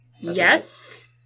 yes